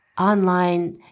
online